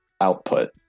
output